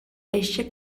eixe